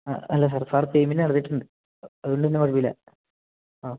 ആ അല്ല sir sir payment നടത്തിയിട്ടുണ്ട് അതുകൊണ്ട് പിന്നെ കുഴപ്പമില്ല ആ